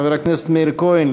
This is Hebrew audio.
חבר הכנסת מאיר כהן,